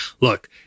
look